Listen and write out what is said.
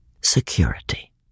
Security